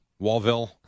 Wallville